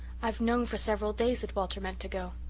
i've known for several days that walter meant to go.